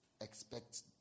expect